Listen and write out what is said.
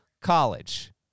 college